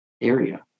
area